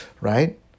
right